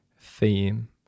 theme